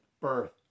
birth